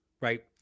right